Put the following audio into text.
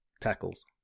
tackles